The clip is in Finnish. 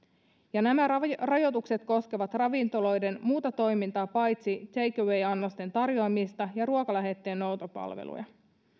ja nämä rajoitukset koskevat ravintoloiden muuta toimintaa paitsi take away annosten tarjoamista ja ruokalähettien noutopalveluja